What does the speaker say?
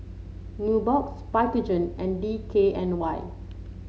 Nubox Vitagen and D K N Y